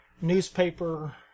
newspaper